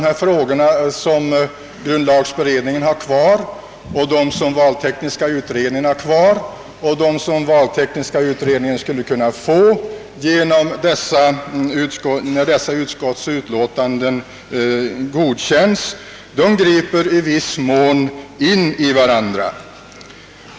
De frågor som grundlagberedningen och valtekniska utredningen har kvar att behandla samt de spörsmål, som valtekniska utredningen skulle kunna erhålla för behandling, om de nu föreliggande utlåtandena från konstitutionsutskottet godkännes av riksdagen, griper nämligen i viss mån in i varandra.